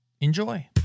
Enjoy